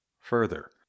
Further